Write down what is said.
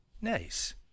Nice